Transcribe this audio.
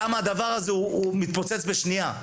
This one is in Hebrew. כמה הדבר הזה הוא מתפוצץ בשנייה,